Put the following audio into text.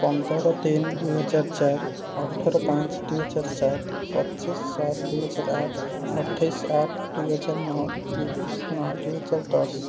ପନ୍ଦର ତିନି ଦୁଇ ହଜାର ଚାରି ଅଠର ପାଞ୍ଚ ଦୁଇହଜାର ସାତ ପଚିଶ ସାତ ଦୁଇହଜାର ଆଠ ଅଠେଇଶ ଆଠ ଦୁଇହଜାର ନଅ ତିରିଶ ନଅ ଦୁଇହଜାର ଦଶ